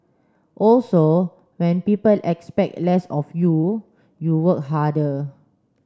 also when people expect less of you you work harder